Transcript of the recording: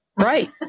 Right